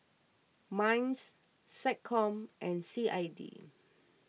Minds SecCom and C I D